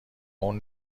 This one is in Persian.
اون